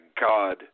God